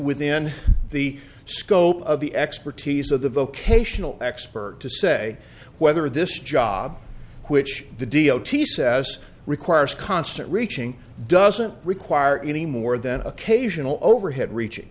within the scope of the expertise of the vocational expert to say whether this job which the d o t says requires constant reaching doesn't require any more than occasional overhead reaching